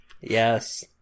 Yes